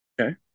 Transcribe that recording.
Okay